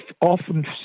often